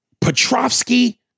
Petrovsky